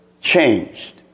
changed